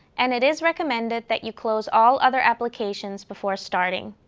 and it is recommended that you close all other applications before starting.